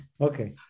Okay